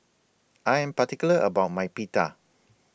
I Am particular about My Pita